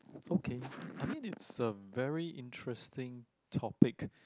okay I mean it's a very interesting topic